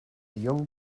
young